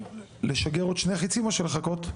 לשגר עוד שני חיצים או לחכות?